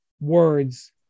words